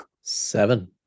Seven